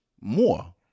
more